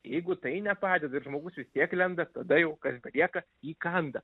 jeigu tai nepadeda ir žmogus vis tiek lenda tada jau kas belieka įkanda